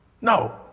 No